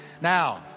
Now